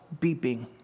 beeping